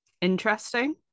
Interesting